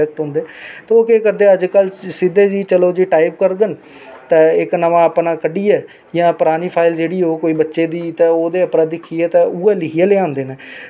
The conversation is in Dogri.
और इसी चीज गी अस बी प्रमोट करा दे और साढ़े भ्रा कुछ साढ़ियां भैना जेहकियां रोड उप्पर बी आंदियां प्रमोट बी करदियां करने बी दिंदया और अज्ज आसेगी इस करियै अपने आप च गर्व मसूस होंदा कि जिस टाइम च अस निकले हे